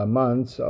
months